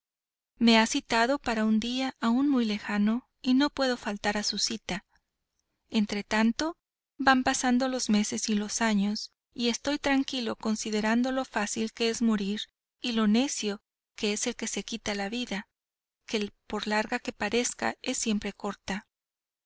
me ha citado para un día aún muy lejano y no puedo faltar a su cita entre tanto van pasando los meses y los años y estoy tranquilo considerando lo fácil que es morir y lo necio que es el que se quita la vida que por larga que parezca es siempre corta